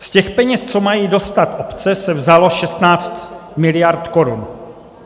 Z těch peněz, co mají dostat obce, se vzalo 16 miliard korun.